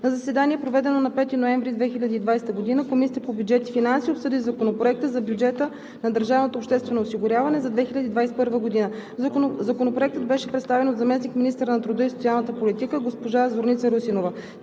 На заседание, проведено на 5 ноември 2020 г., Комисията по бюджет и финанси обсъди Законопроекта за бюджета на държавното обществено осигуряване за 2021 г. Законопроектът беше представен от заместник-министъра на труда и социалната политика госпожа Зорница Русинова.